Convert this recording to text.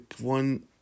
one